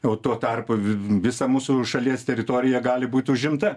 o tuo tarpu visa mūsų šalies teritorija gali būt užimta